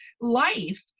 life